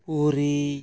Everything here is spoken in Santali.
ᱯᱩᱨᱤ